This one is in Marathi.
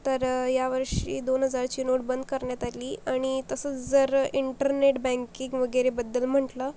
तर यावर्षी दोन हजारची नोट बंद करण्यात आली आणि तसंच जर इंटरनेट बँकिंग वगैरेबद्दल म्हटलं